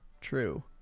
true